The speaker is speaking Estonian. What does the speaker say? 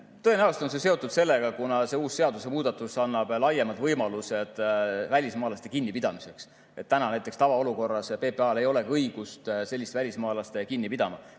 Tõenäoliselt on see seotud sellega, et see seadusemuudatus annab laiemad võimalused välismaalaste kinnipidamiseks. Näiteks tavaolukorras praegu PPA‑l ei olegi õigust sellist välismaalast kinni pidada,